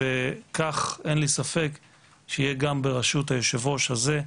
ואין לי ספק שכך יהיה גם בראשות היושב-ראש הזה,